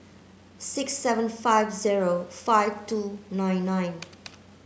six seven five zero five two nine nine